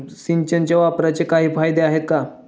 सिंचनाच्या वापराचे काही फायदे आहेत का?